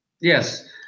yes